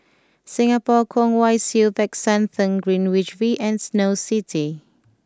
Singapore Kwong Wai Siew Peck San Theng Greenwich V and Snow City